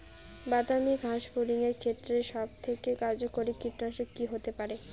বাদামী গাছফড়িঙের ক্ষেত্রে সবথেকে কার্যকরী কীটনাশক কি হতে পারে?